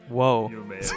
Whoa